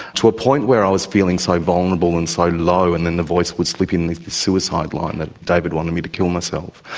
to a point where i was feeling so vulnerable and so low, and then the voice would slip in with the suicide line that david wanted me to kill myself.